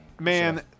man –